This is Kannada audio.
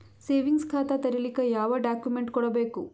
ಸೇವಿಂಗ್ಸ್ ಖಾತಾ ತೇರಿಲಿಕ ಯಾವ ಡಾಕ್ಯುಮೆಂಟ್ ಕೊಡಬೇಕು?